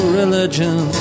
religion